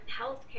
healthcare